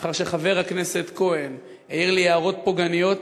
לאחר שחבר הכנסת כהן העיר לי הערות פוגעניות,